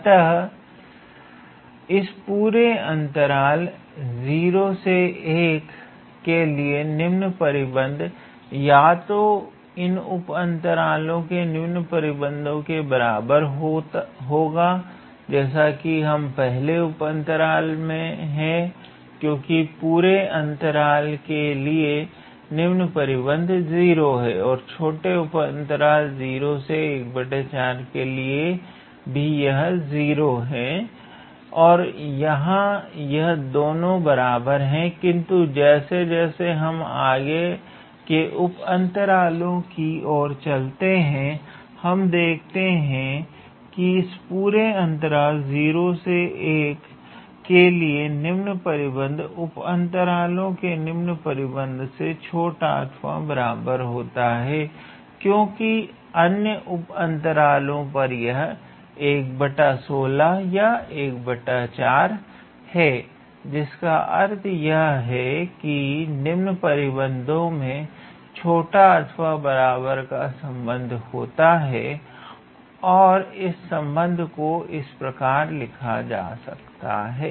अतः इस पूरे अंतराल 01 के लिए निम्न परिबद्ध या तो इन उप अंतरालों के निम्न परिबद्ध के बराबर होगा जैसा कि पहले उप अंतराल में है क्योंकि पूरे अंतराल के लिए निम्न परिबद्ध 0 है और छोटे उप अंतराल 0 के लिए भी यह 0 है अतः यह दोनों बराबर हैं किंतु जैसे जैसे हम आगे के उप अंतरालों की ओर चलते हैं हम देखते हैं कि इस पूरे अंतराल 01 के लिए निम्न परिबद्ध उप अंतरालों के निम्न परिबद्ध से छोटा अथवा बराबर होता है क्योंकि अन्य उप अंतरालों पर यह या है जिसका अर्थ यह है कि निम्न परिबद्धों में छोटा अथवा बराबर का संबंध होता है और इस संबंध को इस प्रकार से लिखा जा सकता है